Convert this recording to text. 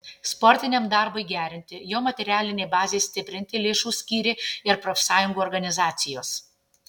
sportiniam darbui gerinti jo materialinei bazei stiprinti lėšų skyrė ir profsąjungų organizacijos